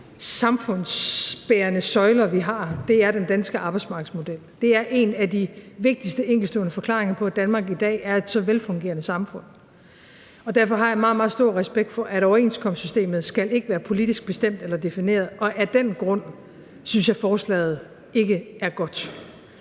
samfundsbærende søjler, vi har, er den danske arbejdsmarkedsmodel. Det er en af de vigtigste enkeltstående forklaringer på, at Danmark i dag er et så velfungerende samfund. Derfor har jeg meget, meget stor respekt for, at overenskomstsystemet ikke skal være politisk bestemt eller defineret, og af den grund synes jeg forslaget ikke er godt.